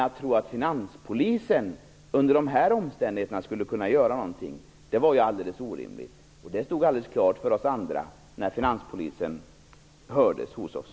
Att tro att finanspolisen under de här omständigheterna skulle kunna göra någonting var helt orimligt. Det stod helt klart för oss andra när finanspolisen hördes hos oss.